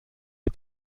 les